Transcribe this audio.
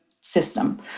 system